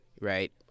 right